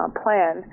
plan